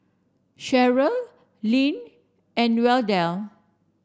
Sheryl Leanne and Wendell